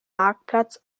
marktplatz